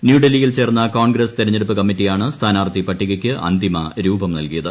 ന്യൂഡൽഹിയിൽ ചേർന്ന കോൺഗ്രസ് തെരഞ്ഞെടുപ്പ് കമ്മിറ്റിയാണ് സ്ഥാനാർഥിപട്ടികയ്ക്ക് അന്തിമ രൂപം നൽകിയത്